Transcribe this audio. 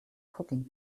cooking